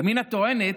ימינה טוענת